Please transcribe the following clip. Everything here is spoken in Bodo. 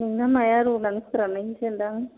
नोंना नाया रुनानै फोराननायनिसो दां